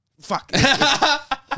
Fuck